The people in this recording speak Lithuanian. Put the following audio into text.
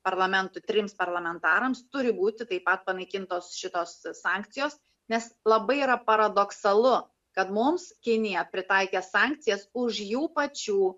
parlamentų trims parlamentarams turi būti taip pat panaikintos šitos sankcijos nes labai yra paradoksalu kad mums kinija pritaikė sankcijas už jų pačių